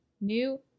new